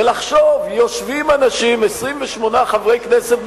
ולחשוב: יושבים אנשים, 28 חברי כנסת מכובדים,